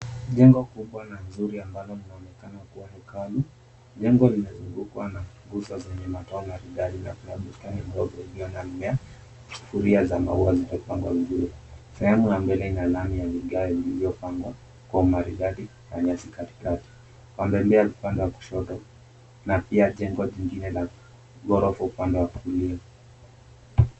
Jengo kubwa na nzuri ambalo linaonekana kuwa na hekalu. Jengo limezungukwa na kuta zenye matawi maridadi na kuna bustani ndogo iliyo na mimea. Sufuria za mimea zimepangwa mzuri. Sehemu ya pili na gari iliyopangwa kwa umaridadi ndani ya sikari kata. Kuangalia upande wa kushoto na pia jengo jingine la ghorofa upande wa kulia.